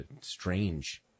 strange